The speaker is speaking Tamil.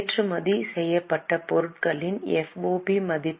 ஏற்றுமதி செய்யப்பட்ட பொருட்களின் FOB மதிப்பு